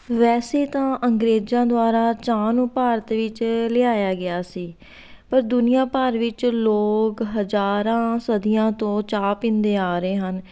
ਵੈਸੇ ਤਾਂ ਅੰਗਰੇਜ਼ਾਂ ਦੁਆਰਾ ਚਾਹ ਨੂੰ ਭਾਰਤ ਵਿੱਚ ਲਿਆਇਆ ਗਿਆ ਸੀ ਪਰ ਦੁਨੀਆਂ ਭਰ ਵਿੱਚ ਲੋਕ ਹਜ਼ਾਰਾਂ ਸਦੀਆਂ ਤੋਂ ਚਾਹ ਪੀਂਦੇ ਆ ਰਹੇ ਹਨ